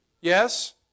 Yes